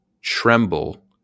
tremble